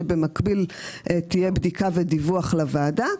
שבמקביל תהיה בדיקה ודיווח לוועדה,